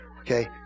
Okay